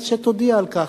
אז שתודיע על כך,